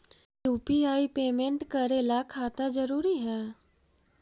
UPI payment करे ला खाता जरूरी है?